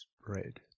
spread